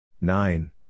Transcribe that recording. nine